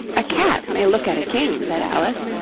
a cat may look at a king said alice.